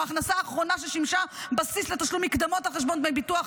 או ההכנסה האחרונה ששימשה בסיס לתשלום מקדמות על חשבון דמי ביטוח,